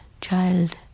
child